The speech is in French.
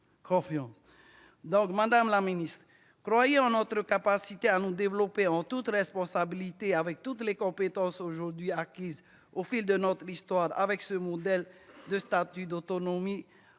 ». Madame la ministre, croyez en notre capacité à nous développer en toute responsabilité, avec toutes les compétences acquises, au fil de notre histoire, avec ce modèle de statut d'autonomie.